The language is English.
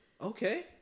Okay